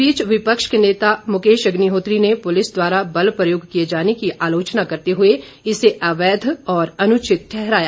इस बीच विपक्ष के नेता मुकेश अग्निहोत्री ने पुलिस द्वारा बल प्रयोग किए जाने की आलोचना करते हुए इसे अवैघ और अनुचित ठहराया